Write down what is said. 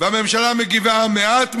והממשלה מגיבה מעט מדי,